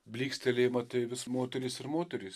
blykstelėjimą tai vis moterys ir moterys